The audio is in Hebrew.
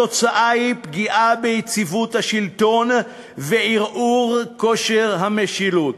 התוצאה היא פגיעה ביציבות השלטון וערעור כושר המשילות".